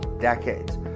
decades